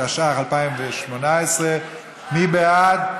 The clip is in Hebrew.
התשע"ח 2018. מי בעד?